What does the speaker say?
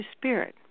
spirit